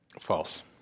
False